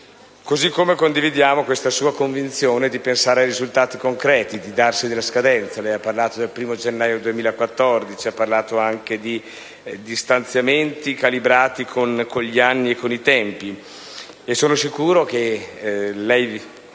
Così come condividiamo la sua convinzione di pensare a risultati concreti, di darsi delle scadenze. Lei ha parlato del 1° gennaio 2014, di stanziamenti calibrati con gli anni e con i tempi. Sono sicuro che lei